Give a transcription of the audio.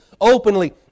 openly